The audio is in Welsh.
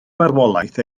farwolaeth